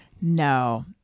No